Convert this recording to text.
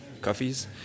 coffees